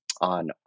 on